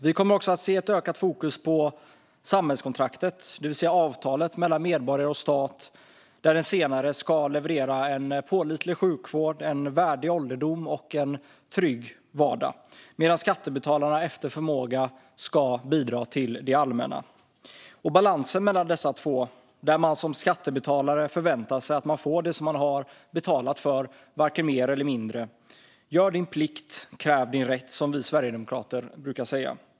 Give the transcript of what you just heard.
Vi kommer också att se ett ökat fokus på samhällskontraktet, det vill säga avtalet mellan medborgare och stat, där den senare ska leverera en pålitlig sjukvård, en värdig ålderdom och en trygg vardag, medan skattebetalarna efter förmåga ska bidra till det allmänna. Det finns en balans mellan dessa två där man som skattebetalare förväntar sig att man får det som man har betalat för - varken mer eller mindre. Gör din plikt, kräv din rätt, som vi sverigedemokrater brukar säga.